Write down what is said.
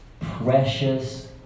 precious